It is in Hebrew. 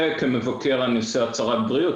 וכמבקר אני עושה הצהרת בריאות.